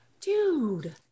Dude